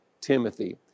Timothy